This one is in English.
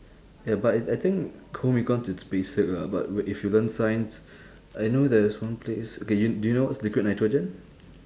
ya but I I think home econs it's basic lah but wh~ if you learn science I know there's one place okay you do you know what's liquid nitrogen